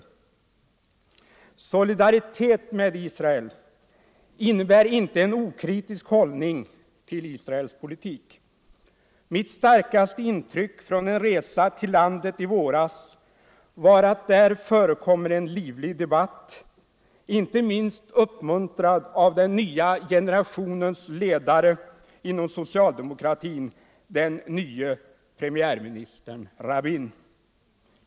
Solidaritet med Israel innebär inte en okritisk hållning till Israels politik. Mitt starkaste intryck från en resa till landet i våras var att där förekommer en livlig debatt, inte minst uppmuntrad av den nya generationens ledare inom socialdemokratin, den nye premiärministern Rabin.